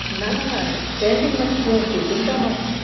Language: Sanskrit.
न न न ट्रेण्डिङ्ग् मध्ये अस्ति चिन्ता मास्तु